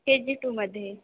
के ज्जी टूमध्ये